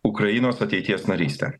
ukrainos ateities narystę